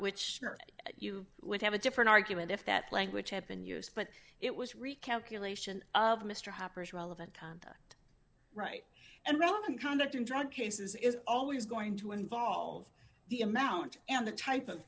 which you would have a different argument if that language had been used but it was recalculation of mr hopper's relevant conduct right and relevant conduct in drug cases is always going to involve the amount and the type of